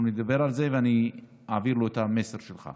אנחנו נדבר על זה, ואני אעביר לו את המסר שלך.